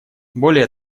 более